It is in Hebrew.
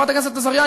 חברת הכנסת עזריה,